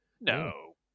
No